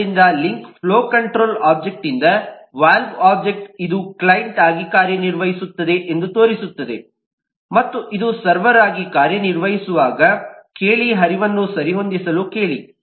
ಆದ್ದರಿಂದ link flow control object ಇಂದ valve ಒಬ್ಜೆಕ್ಟ್ಗೆ ಇದು ಕ್ಲೈಂಟ್ ಆಗಿ ಕಾರ್ಯನಿರ್ವಹಿಸುತ್ತದೆ ಎಂದು ತೋರಿಸುತ್ತದೆ ಮತ್ತು ಇದು ಸರ್ವರ್ ಆಗಿ ಕಾರ್ಯನಿರ್ವಹಿಸುವಾಗ ಕೇಳಿ ಹರಿವನ್ನು ಸರಿಹೊಂದಿಸಲು ಕೇಳಿ